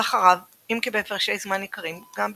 ואחריו – אם כי בהפרשי זמן ניכרים – גם באירופה,